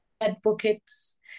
advocates